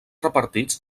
repartits